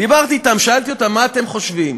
דיברתי אתם, שאלתי אותם: מה אתם חושבים?